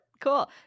Cool